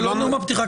זה לא נאום הפתיחה,